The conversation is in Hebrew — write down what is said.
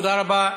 תודה רבה.